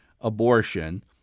abortion